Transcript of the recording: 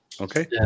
Okay